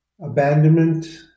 abandonment